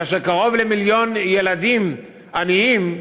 כאשר קרוב למיליון ילדים עניים,